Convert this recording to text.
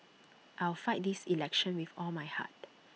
I will fight this election with all my heart